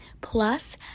Plus